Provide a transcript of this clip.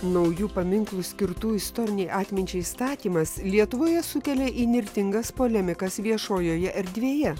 naujų paminklų skirtų istorinei atminčiai statymas lietuvoje sukelia įnirtingas polemikas viešojoje erdvėje